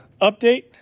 update